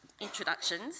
introductions